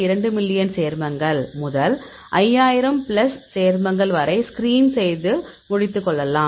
2 million சேர்மங்கள் முதல் 5000 plus சேர்மங்கள் வரை ஸ்கிரீன் செய்து முடித்து கொள்ளலாம்